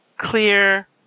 clear